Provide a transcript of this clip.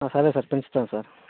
సరే సార్ పెంచుతాము సార్